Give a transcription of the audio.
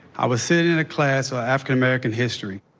i was sitting in a class for african american history,